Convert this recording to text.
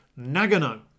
Nagano